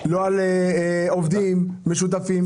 לא על עובדים משותפים.